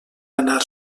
anar